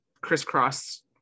crisscross